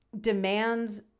demands